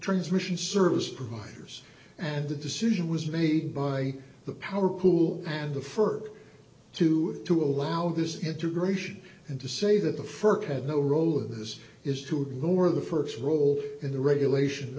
transmission service providers and the decision was made by the power pool and the first two to allow this integration and to say that the first had no role in this is to ignore the first role in the regulation